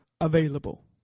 available